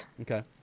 Okay